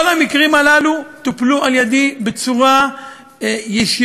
כל המקרים הללו טופלו על-ידי בצורה ישירה,